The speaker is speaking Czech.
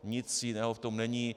Nic jiného v tom není.